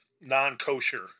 non-kosher